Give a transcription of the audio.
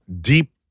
deep